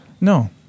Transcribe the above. No